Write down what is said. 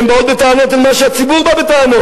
הן באות בטענות אל מה שהציבור בא בטענות,